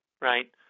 right